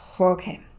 Okay